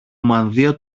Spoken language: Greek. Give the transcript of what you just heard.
μανδύα